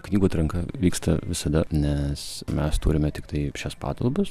knygų atranka vyksta visada nes mes turime tiktai šias patalpas